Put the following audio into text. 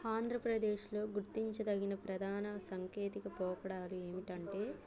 ఆంధ్రప్రదేశ్లో గుర్తించదగిన ప్రధాన సంకేతిక పోకడాలు ఏమిటంటే